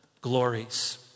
glories